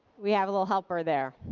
we have a little helper there.